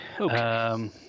Okay